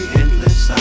endless